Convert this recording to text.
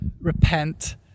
repent